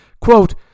quote